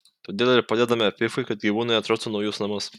todėl ir padedame pifui kad gyvūnai atrastų naujus namus